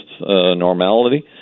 normality